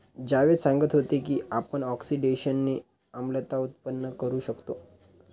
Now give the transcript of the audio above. जावेद सांगत होते की आपण ऑक्सिडेशनने आम्लता उत्पन्न करू शकतो